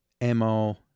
Mo